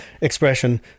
expression